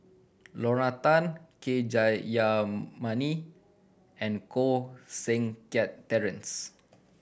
Lorna Tan K Jayamani and Koh Seng Kiat Terence